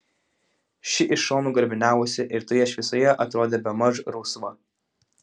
ši iš šonų garbiniavosi ir toje šviesoje atrodė bemaž rausva